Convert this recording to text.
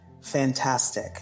fantastic